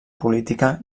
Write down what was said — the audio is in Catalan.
política